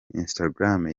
instagram